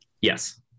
Yes